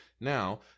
Now